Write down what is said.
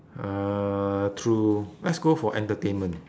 uh true let's go for entertainment